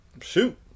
Shoot